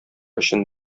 өчен